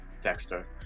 Dexter